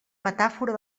metàfora